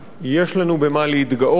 יש לנו במה להתגאות,